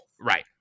Right